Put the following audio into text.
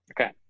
Okay